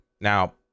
Now